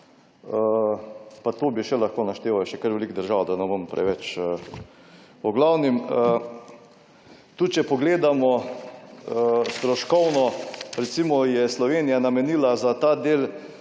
pa to bi še lahko našteval, še kar veliko držav, da ne bom preveč… V glavnem, tudi če pogledamo stroškovno, recimo je Slovenija namenila za ta del